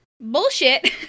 bullshit